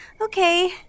okay